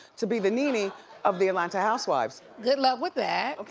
to be the nene of the atlanta housewives. good luck with that.